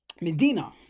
Medina